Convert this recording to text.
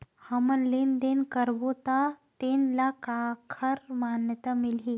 हमन लेन देन करबो त तेन ल काखर मान्यता मिलही?